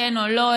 כן או לא,